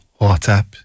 WhatsApp